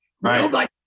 Right